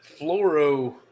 fluoro